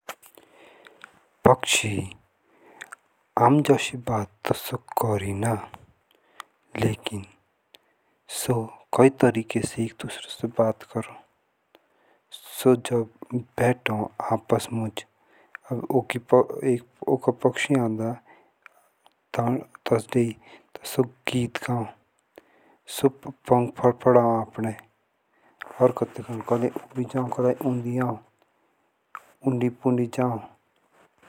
पक्षी आम जस बात तो सो करणा लेकिन के ट्रा से एक दुसरो से बात करो सो जब बैठो आपस मुझ ओका पक्षी आड़ा त्स द सो गीत गाओ सो पंख फड़फड़ाव आपाने हरकतें करो कलाई उबी जाओ कलाई उन्दी आओ।